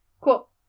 Cool